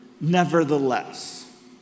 nevertheless